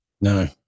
No